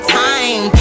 time